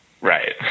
Right